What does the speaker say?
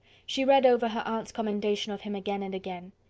she read over her aunt's commendation of him again and again.